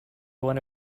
one